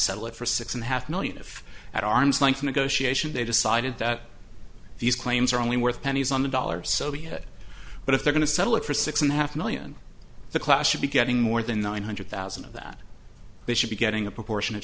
settle it for six and a half million if at arm's length negotiation they decided that these claims are only worth pennies on the dollar so be it but if they're going to settle it for six and a half million the class should be getting more than nine hundred thousand of that they should be getting a proportionate